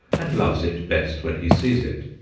and loves it best when he sees it,